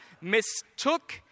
mistook